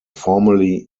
formally